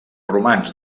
romanç